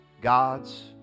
God's